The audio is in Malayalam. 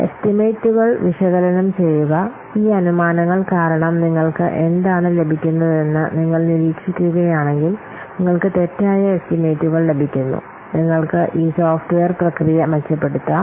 എസ്റ്റിമേറ്റുകൾ വിശകലനം ചെയ്യുക ഈ അനുമാനങ്ങൾ കാരണം നിങ്ങൾക്ക് എന്താണ് ലഭിക്കുന്നതെന്ന് നിങ്ങൾ നിരീക്ഷിക്കുകയാണെങ്കിൽ നിങ്ങൾക്ക് തെറ്റായ എസ്റ്റിമേറ്റുകൾ ലഭിക്കുന്നു നിങ്ങൾക്ക് ഈ സോഫ്റ്റ്വെയർ പ്രക്രിയ മെച്ചപ്പെടുത്താം